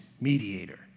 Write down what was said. mediator